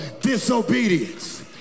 disobedience